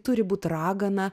turi būt ragana